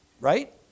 right